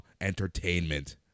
entertainment